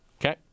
Okay